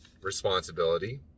responsibility